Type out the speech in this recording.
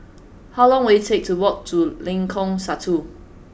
how long will it take to walk to Lengkong Satu